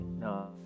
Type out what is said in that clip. no